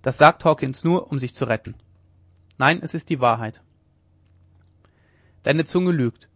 das sagt hawkens nur um sich zu retten nein es ist die wahrheit deine zunge lügt